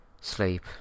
sleep